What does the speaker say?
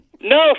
No